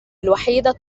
الوحيدة